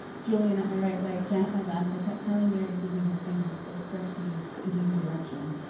julian at my right, leg jen at my left. i kept telling mary to give me her fingers. they stretched me and gave me direction.